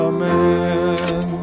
Amen